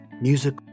music